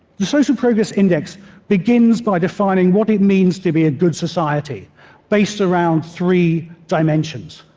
the social progress index begins by defining what it means to be a good society based around three dimensions.